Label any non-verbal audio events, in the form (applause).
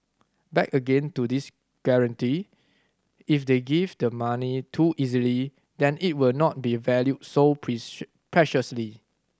back again to this guarantee if they give the money too easily then it will not be valued so (unintelligible) preciously